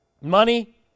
money